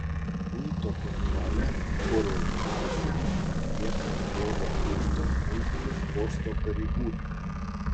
muito kontrolę oro uostuose atlieka oro uosto muitinės posto pareigūnai